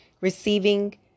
receiving